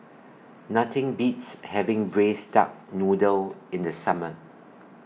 Nothing Beats having Braised Duck Noodle in The Summer